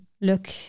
look